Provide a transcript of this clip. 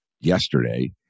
yesterday